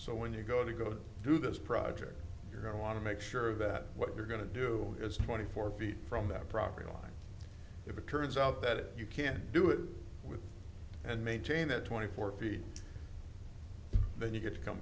so when you go to go do this project you're going to want to make sure that what you're going to do is twenty four feet from that progress if it turns out that you can do it with and maintain that twenty four feet then you get to come